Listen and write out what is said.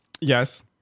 Yes